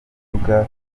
urubuga